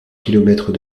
kilomètres